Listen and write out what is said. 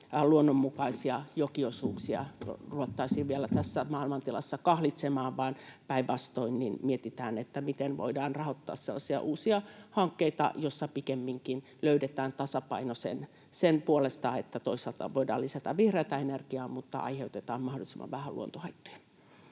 luonnonmukaisia jokiosuuksia ruvettaisiin vielä tässä maailmantilassa kahlitsemaan, vaan päinvastoin mietitään, miten voidaan rahoittaa sellaisia uusia hankkeita, joissa pikemminkin löydetään tasapaino sen puolesta, että toisaalta voidaan lisätä vihreätä energiaa mutta aiheutetaan mahdollisimman vähän luontohaittoja.